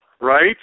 right